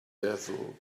dazzled